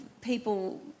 people